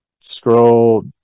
Scroll